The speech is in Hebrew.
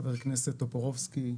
חבר הכנסת טופורובסקי,